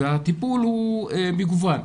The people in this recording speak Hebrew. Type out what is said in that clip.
והטיפול הוא מגוון.